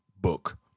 book